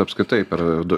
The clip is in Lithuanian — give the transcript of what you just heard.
apskritai per du